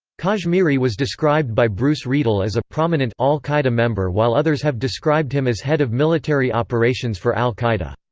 kashmiri was described by bruce riedel as a prominent al-qaeda member while others have described him as head of military operations for al-qaeda.